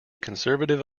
conservative